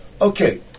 okay